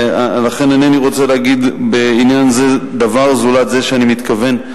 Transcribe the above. לכן אינני רוצה להגיד בעניין זה דבר זולת זה שאני מתכוון,